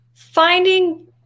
Finding